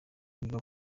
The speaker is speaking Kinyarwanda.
yiga